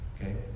Okay